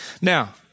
Now